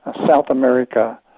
ah south america,